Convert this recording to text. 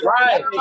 Right